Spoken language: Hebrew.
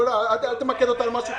אל תמקד אותם על משהו קטן.